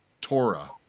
Torah